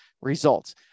results